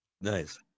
Nice